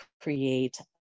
create